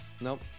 Nope